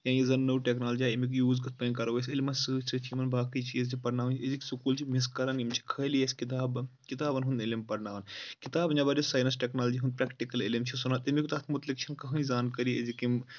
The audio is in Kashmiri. یا یُس زَن نوٚو ٹیٚکنالجی آیہِ اَمیُک یوٗز کِتھ پٲٹھۍ کَرو أسۍ عِلمَس سۭتۍ سۭتۍ چھِ یِمَن باقٕے چیٖز تہِ پَرناوٕنۍ أزِکۍ سکوٗل چھِ مِس کَران یِم چھِ خٲلی اَسہِ کِتاب کِتابَن ہُنٛد علِم پَرناوان کِتاب نؠبر یُس سایِٚنَس ٹیٚکنالجی ہُنٛد پرٛیٚکٹِکَل عِلم چھُ سُہ نہ تَمیُک تَتھ مُتعلِق چھُنہٕ کٕہٕنۍ زانٛکٲری أزِکۍ یِم